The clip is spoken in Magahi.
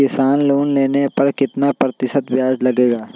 किसान लोन लेने पर कितना प्रतिशत ब्याज लगेगा?